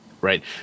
right